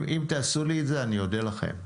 אם תעשו לי את זה, אני אודה לכם.